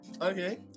okay